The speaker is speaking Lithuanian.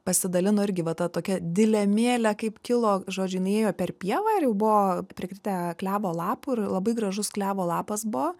pasidalino irgi va ta tokia dilemėle kaip kilo žodžiu jinai ėjo per pievą ir jau buvo prikritę klevo lapų ir labai gražus klevo lapas buvo